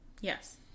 Yes